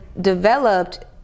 developed